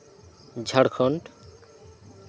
Jharkhand